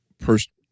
person